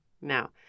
Now